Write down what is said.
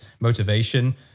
motivation